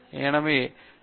எனவே நீங்கள் பி